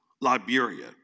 Liberia